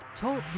Talk